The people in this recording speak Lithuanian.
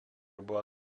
buvo